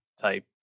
type